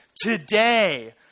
Today